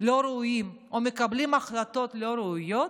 לא ראויים או מקבלים החלטות לא ראויות,